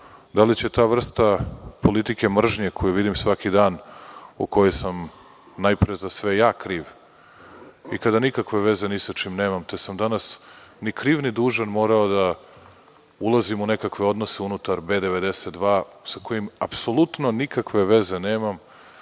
da li će ta vrsta politike mržnje koju vidim svaki dan, u kojoj sam najpre za sve ja kriv i kada nikakve veze ni sa čim nemam, te sam danas ni kriv ni dužan morao da ulazim u nekakve odnose unutar B 92, sa kojim apsolutno nikakve veze nemam,